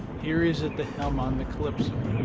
here is at the helm on the calypso.